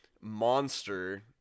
monster